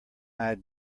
eyed